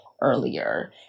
earlier